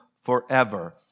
forever